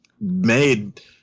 made